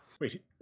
Wait